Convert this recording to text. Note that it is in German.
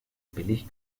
billig